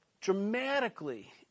dramatically